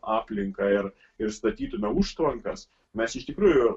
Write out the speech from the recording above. aplinką ir ir statytume užtvankas mes iš tikrųjų